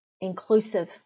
inclusive